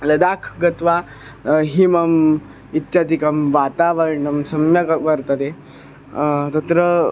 लदाक् गत्वा हिमः इत्यादिकं वातावरणं सम्यक् वर्तते तत्र